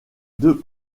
deux